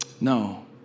No